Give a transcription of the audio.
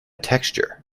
texture